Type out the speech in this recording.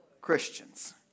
Christians